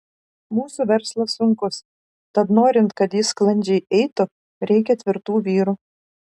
mūsų verslas sunkus tad norint kad jis sklandžiai eitų reikia tvirtų vyrų